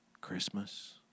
Christmas